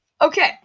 okay